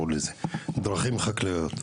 דרכים חקלאיות.